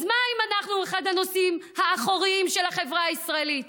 אז מה אם אנחנו אחד הנושאים האחוריים של החברה הישראלית?